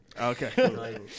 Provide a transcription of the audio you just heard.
Okay